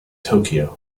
tokyo